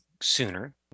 sooner